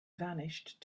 vanished